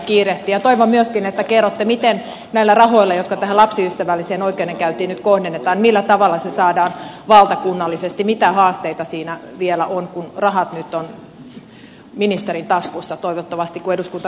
toivon myöskin että kerrotte miten näillä rahoilla jotka tähän lapsiystävälliseen oikeudenkäyntiin nyt kohdennetaan saadaan valtakunnallisesti mitä haasteita siinä vielä on kun rahat nyt ovat ministerin taskussa toivottavasti kun eduskunta hyväksyy budjetin